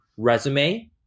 resume